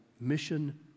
mission